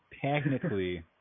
technically